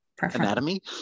anatomy